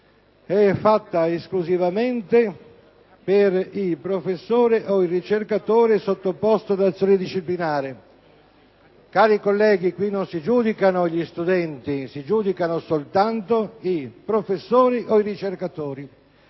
prevista esclusivamente per il professore o il ricercatore sottoposto ad azione disciplinare. Cari colleghi, qui non si giudicano gli studenti: si giudicano soltanto i professori o i ricercatori.